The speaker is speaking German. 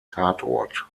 tatort